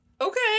okay